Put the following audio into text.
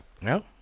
no